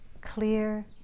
clear